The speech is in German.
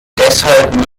deshalb